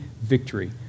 victory